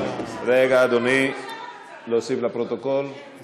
ותעבור לוועדת החוקה, חוק